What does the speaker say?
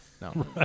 No